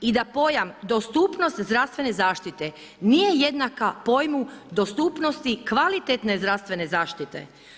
I da pojam dostupnost zdravstvene zaštite nije jednaka pojmu dostupnosti kvalitetne zdravstvene zaštite.